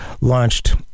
launched